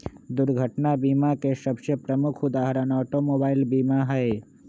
दुर्घटना बीमा के सबसे प्रमुख उदाहरण ऑटोमोबाइल बीमा हइ